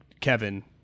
Kevin